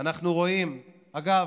אנחנו רואים, אגב,